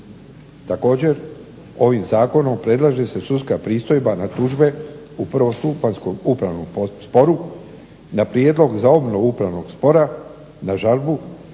Također ovim Zakonom predlaže se sudska pristojba na tužbe u prvostupanjskom upravnom sporu na prijedlog za obnovu upravnog spora, na žalbu, na